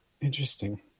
Interesting